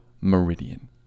meridian